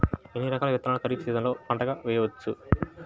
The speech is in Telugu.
ఎన్ని రకాల విత్తనాలను ఖరీఫ్ సీజన్లో పంటగా వేయచ్చు?